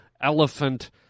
elephant